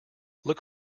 look